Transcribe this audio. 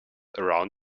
around